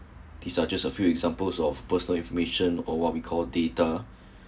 these such examples of personal information or what we call data